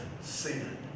sin